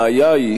הבעיה היא